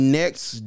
next